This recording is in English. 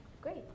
Great